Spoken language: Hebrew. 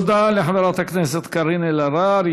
תודה, חברת הכנסת קארין אלהרר.